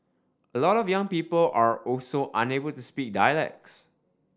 a lot of young people are also unable to speak dialects